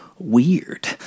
weird